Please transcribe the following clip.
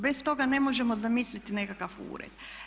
Bez toga ne možemo zamisliti nekakav ured.